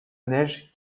neige